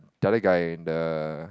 the other guy the